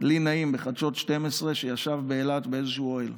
לי נעים בחדשות 12, שישב באילת באיזשהו אוהל,